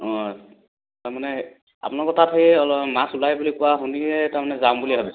অঁ তাৰমানে আপোনালোকৰ তাত সেই অলপ মাছ ওলাই বুলি কোৱা শুনিয়ে তাৰমানে যাম বুলি ভাবিছো